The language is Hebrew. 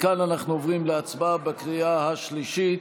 מכאן אנחנו עוברים להצבעה בקריאה השלישית